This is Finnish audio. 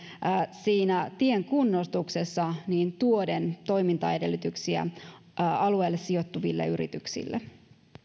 siinä tien kunnostuksessa niin tuoden toimintaedellytyksiä alueelle sijoittuville yrityksille